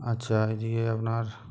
আচ্ছা এইদিকে আপনার